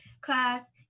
class